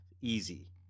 easy